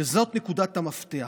שזאת נקודת המפתח.